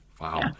wow